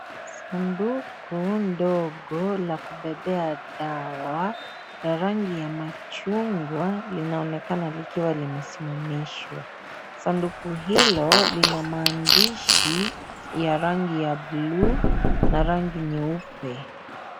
Sanduku ndogo la kubebea dawa ya rangi ya machungwa linaonekana likiwa limesimamishwa, sanduku hilo lina maandishi ya rangi ya buluu na rangi nyeupe.